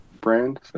brand